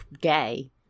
gay